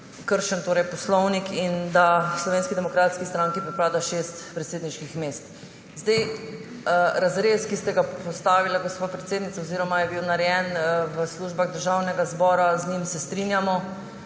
kršen poslovnik in da Slovenski demokratski stranki pripada šest predsedniških mest. Z razrezom, ki ste ga postavili, gospa predsednica, oziroma je bil narejen v službah Državnega zbora, se strinjamo